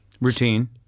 Routine